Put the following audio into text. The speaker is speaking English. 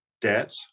debt